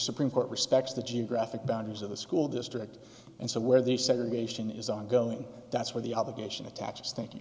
supreme court respects the geographic boundaries of the school district and so where the segregation is ongoing that's where the obligation attached think